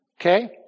Okay